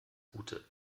gute